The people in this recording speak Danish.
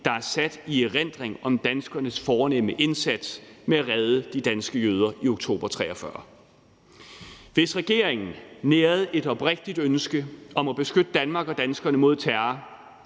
der er sat i erindring om danskernes fornemme indsats med at redde de danske jøder i oktober 1943. Hvis regeringen nærede et oprigtigt ønske om at beskytte Danmark og danskerne mod terror,